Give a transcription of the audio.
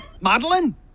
Madeline